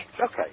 Okay